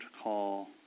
call